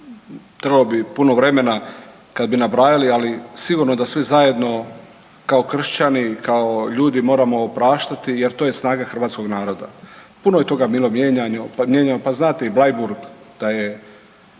trebalo bi puno vremena kada bi nabrajali, ali sigurno da svi zajedno kao kršćani, kao ljudi moramo opraštati jer to je snaga hrvatskog naroda. Puno je toga bila mijenjano, pa znate i Bleiburg da je,